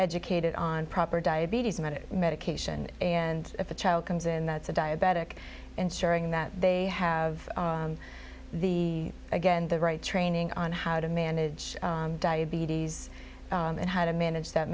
educated on proper diabetes minute medication and if a child comes in that's a diabetic ensuring that they have the again the right training on how to manage diabetes and how to manage that